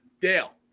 Dale